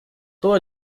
todo